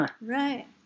Right